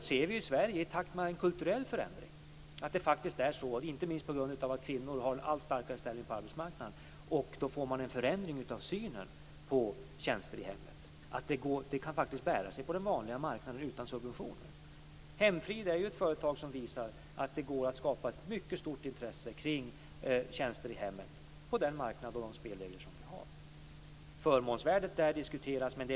I Sverige kan vi se i takt med en kulturell förändring där inte minst kvinnor får en allt starkare ställning på arbetsmarknaden, att det blir en förändring i synen på tjänster i hemmet. Det kan bära sig på den vanliga marknaden utan subventioner. Hemfrid är ett företag som visar att det går att skapa ett mycket stort intresse kring tjänster i hemmet på den marknad och med de spelregler vi har. Det pågår en diskussion om förmånsvärdet.